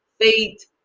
faith